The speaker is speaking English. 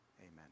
Amen